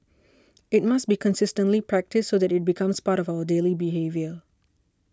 it must be consistently practised so that it becomes part of our daily behaviour